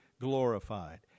glorified